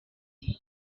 lie